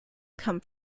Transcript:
come